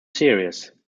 series